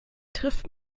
trifft